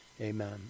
Amen